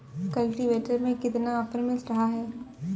Cultivator में कितना offer मिल रहा है?